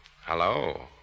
hello